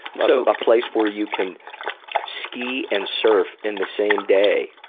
so a place where you can ski and surf in the same day.